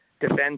defend